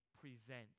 present